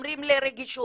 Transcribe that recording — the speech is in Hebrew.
אומרים לי רגישות.